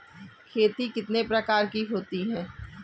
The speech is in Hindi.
खेती कितने प्रकार की होती है?